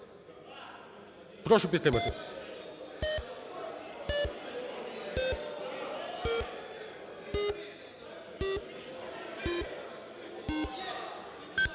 Прошу підтримати.